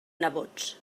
nebots